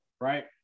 right